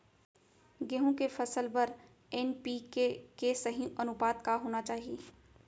गेहूँ के फसल बर एन.पी.के के सही अनुपात का होना चाही?